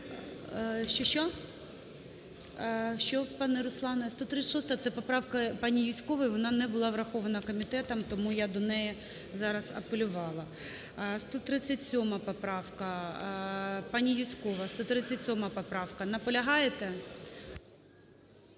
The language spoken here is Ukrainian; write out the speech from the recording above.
це поправка пані Юзькової, вона не була врахована комітетом, тому я до неї зараз апелювала. 137 поправка, пані